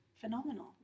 phenomenal